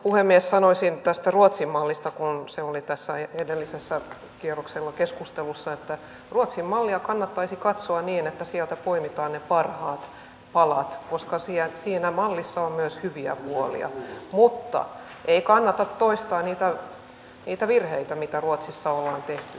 sanoisin tästä ruotsin mallista kun se oli tässä edellisellä kierroksella keskustelussa että ruotsin mallia kannattaisi katsoa niin että sieltä poimitaan ne parhaat palat koska siinä mallissa on myös hyviä puolia mutta ei kannata toistaa niitä virheitä mitä ruotsissa ollaan tehty